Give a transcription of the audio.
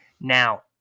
now